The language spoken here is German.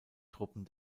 truppen